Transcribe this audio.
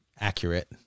accurate